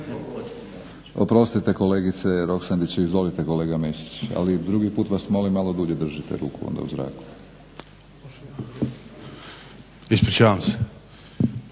Oprostite kolegice Roksandić. Izvolite kolega Mesić ali drugi put vas molim malo dulje držite ruku onda u zraku. **Mesić, Jasen